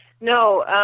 No